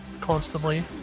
constantly